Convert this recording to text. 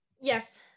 Yes